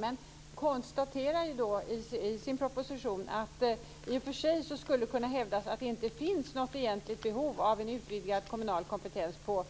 Men man konstaterar i sin proposition att det i och för sig skulle kunna hävdas att det inte finns något egentligt behov av en utvidgad kommunal kompetens på